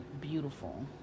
beautiful